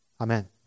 Amen